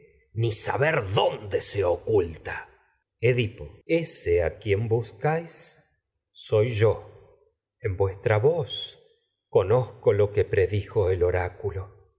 ni saber dónde stí oculta a edipo ese lo quien buscáis soy yo en vuestra voz conozco que predijo el oráculo